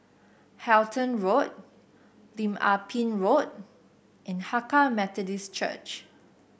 Halton Road Lim Ah Pin Road and Hakka Methodist Church